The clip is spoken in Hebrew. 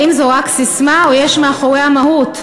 האם זו רק ססמה, או שיש מאחוריה מהות?